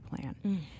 plan